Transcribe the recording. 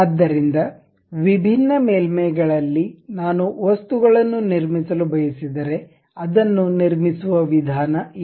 ಆದ್ದರಿಂದ ವಿಭಿನ್ನ ಮೇಲ್ಮೈಗಳಲ್ಲಿ ನಾನು ವಸ್ತುಗಳನ್ನು ನಿರ್ಮಿಸಲು ಬಯಸಿದರೆ ಅದನ್ನು ನಿರ್ಮಿಸುವ ವಿಧಾನ ಇದು